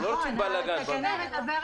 לא עושים בלגן במדינה.